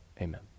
amen